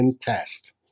test